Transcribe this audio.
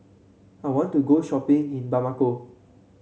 I want to go shopping in Bamako